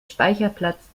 speicherplatz